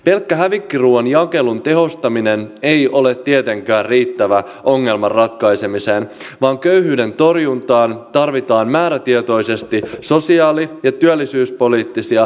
pelkkä hävikkiruuan jakelun tehostaminen ei ole tietenkään riittävä ongelman ratkaisemiseen vaan köyhyyden torjuntaan tarvitaan määrätietoisesti sosiaali ja työllisyyspoliittisia keinoja